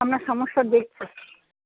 আপনার সমস্যা দেখছি